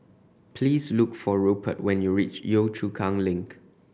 please look for Rupert when you reach Yio Chu Kang Link